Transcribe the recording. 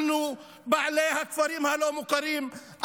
אנחנו בעלי הכפרים הלא-מוכרים,